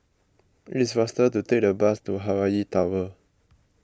it is faster to take the bus to Hawaii Tower